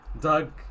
Doug